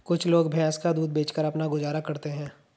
कुछ लोग भैंस का दूध बेचकर अपना गुजारा करते हैं